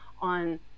on